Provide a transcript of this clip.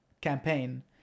campaign